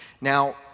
Now